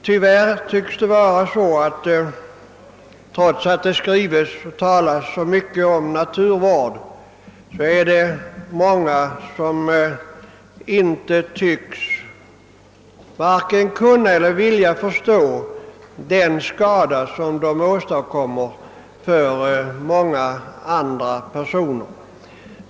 Trots att det skrivs och talas så mycket om naturvård tycks det tyvärr vara så, att många varken kan eller vill förstå vilken skada de åstadkommer för andra personer.